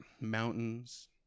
Mountains